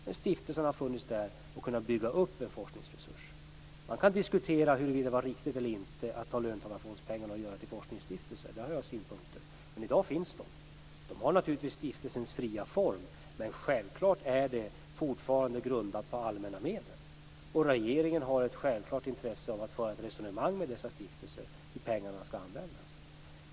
Men stiftelserna har funnits där och har kunnat bygga upp en forskningsresurs. Man kan diskutera huruvida det var riktigt eller inte att ta löntagarfondspengarna och inrätta forskningsstiftelser. Där har jag synpunkter. Men i dag finns de. De har naturligtvis stiftelsens fria form, men självklart är verksamheten fortfarande grundad på allmänna medel. Regeringen har givetvis ett intresse att föra ett resonemang med dessa stiftelser om hur pengarna skall användas.